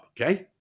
Okay